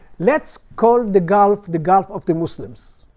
let's call the gulf, the gulf of the muslims.